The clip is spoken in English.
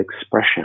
expression